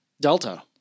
Delta